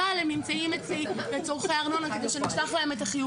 אבל הם נמצאים אצלי לצורכי ארנונה כדי שאני אשלח להם את החיובים,